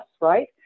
right